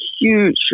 huge